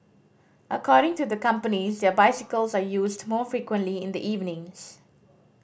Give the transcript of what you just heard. according to the companies their bicycles are used more frequently in the evenings